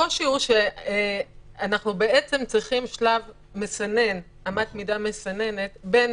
שאנחנו צריכים שלב מסנן, אמת מידה מסננת בין